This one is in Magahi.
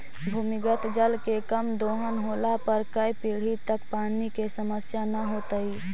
भूमिगत जल के कम दोहन होला पर कै पीढ़ि तक पानी के समस्या न होतइ